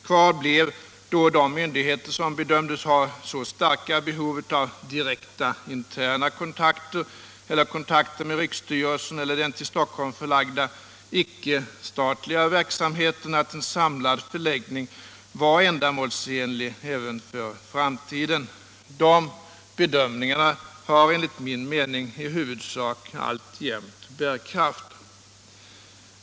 Kvar blev de myndigheter som bedömdes ha så starka behov av direkta interna kontakter eller kontakter med riksstyrelsen eller den till Stockholm förlagda icke-statliga verksamheten att en samlad förläggning var ändamålsenlig även för framtiden. Dessa bedömningar har enligt min mening i huvudsak alltjämt bärkraft.